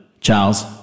Charles